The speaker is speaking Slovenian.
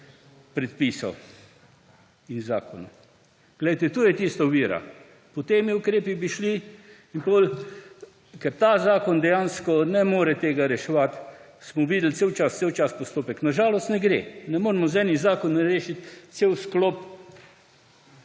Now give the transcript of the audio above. predpisov in zakonov. Glejte, tu je tista ovira. Pod(?) temi ukrepi bi šli in potem, ker ta zakon dejansko tega ne more reševat, smo videli cel čas, cel čas postopek. Na žalost ne gre. Ne moremo z enim zakonom rešit cel sklop